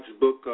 book